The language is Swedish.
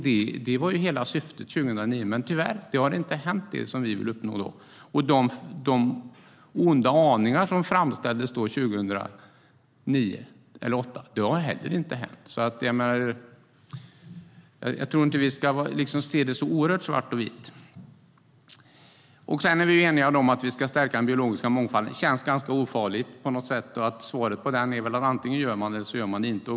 Det var ju syftet 2009, men tyvärr har det som vi ville uppnå inte slagit in. Inte heller de onda aningar som framfördes 2008 har uppfyllts. Jag tror inte att vi ska se det hela som så oerhört svart och vitt. Sedan är vi eniga om att vi ska stärka den biologiska mångfalden. Det känns ganska ofarligt, och svaret på den frågan är väl att antingen gör man det eller inte.